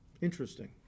Interesting